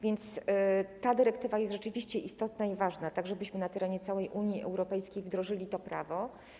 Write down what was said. Więc ta dyrektywa jest rzeczywiście istotna i ważna, żebyśmy na terenie całej Unii Europejskiej wdrożyli to prawo.